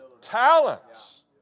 talents